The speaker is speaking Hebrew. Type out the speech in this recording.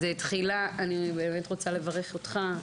אני באמת רוצה לברך אותך,